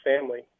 family